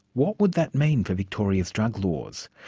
what would that mean for victoria's drug laws?